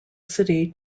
city